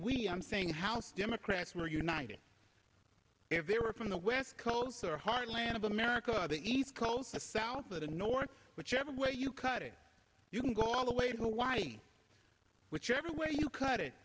we i'm saying house democrats were united if they were from the west coast the heartland of america the east coast the south or the north whichever way you cut it you can go all the way to wiley whichever way you cut it